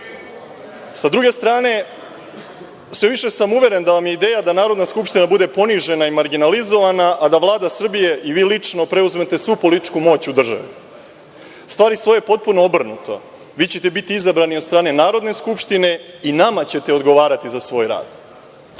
druge strane, sve više sam uveren da vam je ideja da Narodna skupština bude ponižena i marginalizovana, a da Vlada Srbije i vi lično preuzmete svu političku moć u državi. Stvari stoje potpuno obrnuto. Vi ćete biti izabrani od strane Narodne skupštine i nama ćete odgovarati za svoj